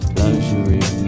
luxury